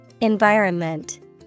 Environment